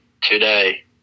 today